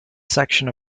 section